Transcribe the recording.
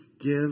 give